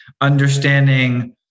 understanding